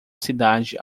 cidade